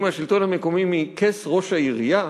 מהשלטון המקומי מכס ראש העירייה,